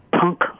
punk